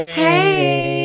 hey